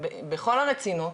בכל הרצינות,